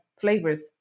flavors